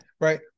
Right